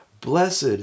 blessed